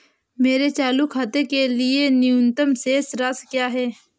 मेरे चालू खाते के लिए न्यूनतम शेष राशि क्या है?